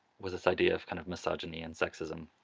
was this idea of kind of misogyny and sexism.